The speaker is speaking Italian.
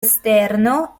esterno